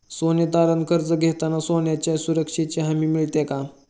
सोने तारण कर्ज घेताना सोन्याच्या सुरक्षेची हमी मिळते का?